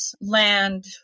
land